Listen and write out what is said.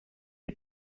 die